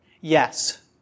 Yes